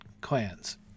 clans